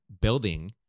building